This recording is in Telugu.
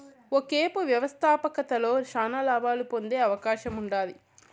ఒకేపు వ్యవస్థాపకతలో శానా లాబాలు పొందే అవకాశముండాది